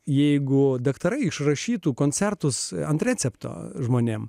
jeigu daktarai išrašytų koncertus ant recepto žmonėms